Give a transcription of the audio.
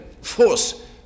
force